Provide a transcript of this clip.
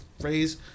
phrase